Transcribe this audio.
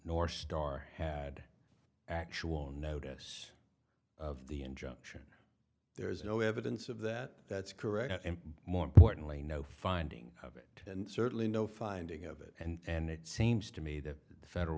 nor starr had actual notice of the injunction there is no evidence of that that's correct and more importantly no finding of it and certainly no finding of it and it seems to me that the federal